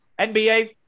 NBA